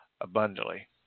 abundantly